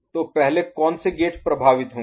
तो पहले कौन से गेट प्रभावित होंगे